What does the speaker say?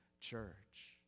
church